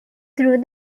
though